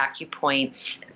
acupoints